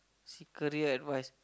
see career advice